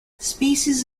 species